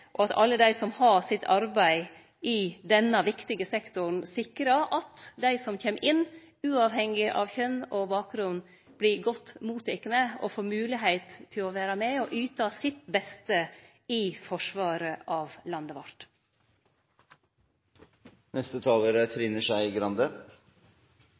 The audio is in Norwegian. og at alle dei som har sitt arbeid i denne viktige sektoren, sikrar at dei som kjem inn, uavhengig av kjønn og bakgrunn vert godt mottekne og får moglegheit til å vere med og yte sitt beste i forsvaret av landet vårt. Hvilke prinsipper man bruker for å rekruttere til viktige samfunnsinstitusjoner, er